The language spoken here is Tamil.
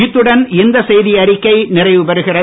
இத்துடன் இந்த செய்தி அறிக்கை நிறைவுபெறுகிறது